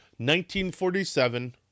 1947